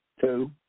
two